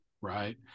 Right